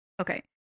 Okay